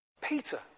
Peter